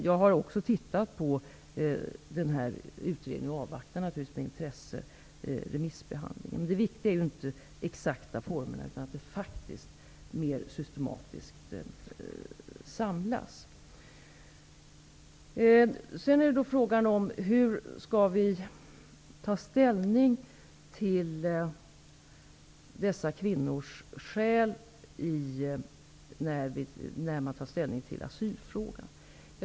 Jag har också tittat på denna utredning och avvaktar naturligtvis med intresse remissbehandlingen. Men det viktiga är ju inte de exakta formerna utan att det faktiskt mer systematiskt samlas. Sedan är frågan hur vi skall ta ställning till dessa kvinnors skäl när vi tar ställning i asylfrågan.